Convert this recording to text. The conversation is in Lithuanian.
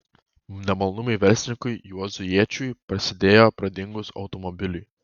nemalonumai verslininkui juozui jėčiui prasidėjo pradingus automobiliui